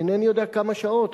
אינני יודע כמה שעות,